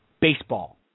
baseball